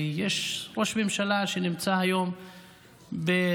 ויש ראש ממשלה שנמצא היום בתהליך